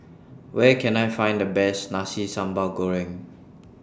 Where Can I Find The Best Nasi Sambal Goreng